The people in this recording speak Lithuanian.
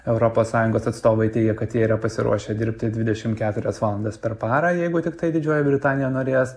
europos sąjungos atstovai teigia kad jie yra pasiruošę dirbti dvidešimt keturias valandas per parą jeigu tiktai didžioji britanija norės